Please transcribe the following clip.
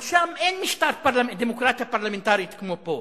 אבל שם אין משטר דמוקרטי פרלמנטרי כמו פה,